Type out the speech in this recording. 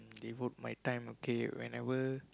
devote my time okay whenever